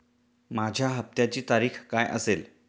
माझ्या हप्त्याची तारीख काय असेल?